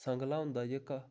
संगला होंदा जेह्का